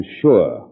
sure